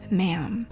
ma'am